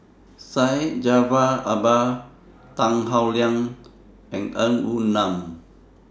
Syed Jaafar Albar Tan Howe Liang and Ng Woon Lam